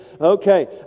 Okay